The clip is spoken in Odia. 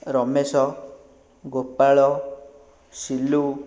ରମେଶ ଗୋପାଳ ସିଲୁ